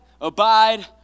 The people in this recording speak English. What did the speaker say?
Abide